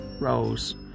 Rose